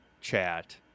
chat